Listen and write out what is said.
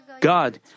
God